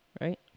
right